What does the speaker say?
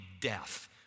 death